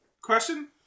question